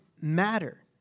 matter